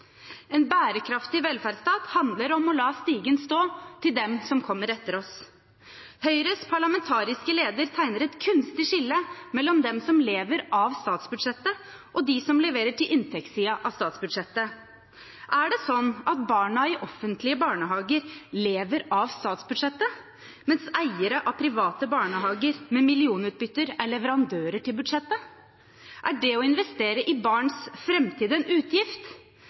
En bærekraftig velferdsstat handler om å la stigen stå til dem som kommer etter oss. Høyres parlamentariske leder tegner et kunstig skille mellom dem som lever av statsbudsjettet, og dem som leverer til inntektssiden av statsbudsjettet. Er det slik at barna i offentlige barnehager lever av statsbudsjettet, mens eiere av private barnehager med millionutbytte er leverandører til budsjettet? Er det å investere i barns framtid en utgift,